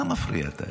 מה מפריע התאגיד?